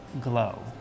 glow